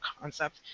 concept